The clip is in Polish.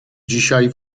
dzisiaj